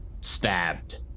stabbed